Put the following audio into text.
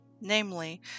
namely